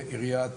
מסויימים.